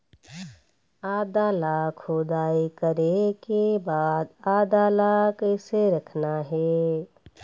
आदा ला खोदाई करे के बाद आदा ला कैसे रखना हे?